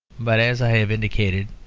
but, as i have indicated,